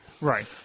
Right